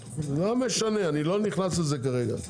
לא משנה, אני לא נכנס לזה כרגע.